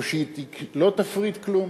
או שהיא לא תפריט כלום?